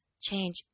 change